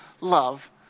love